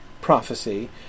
prophecy